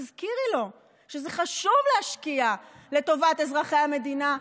תזכירי לו שזה חשוב להשקיע לטובת אזרחי המדינה,